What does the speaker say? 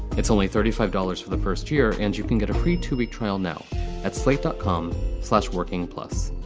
it's only thirty five dollars for the first year and you can get a free two retrial now at slate dot com slash working plus.